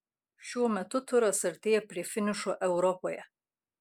šiuo metu turas artėja prie finišo europoje